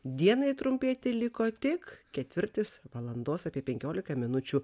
dienai trumpėti liko tik ketvirtis valandos apie penkiolika minučių